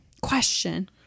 question